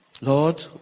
Lord